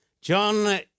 John